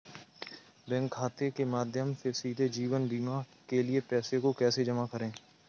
Bank खाते के माध्यम से सीधे जीवन बीमा के लिए पैसे को कैसे जमा करें?